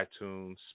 iTunes